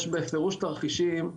יש בפירוש תרחישים,